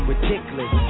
Ridiculous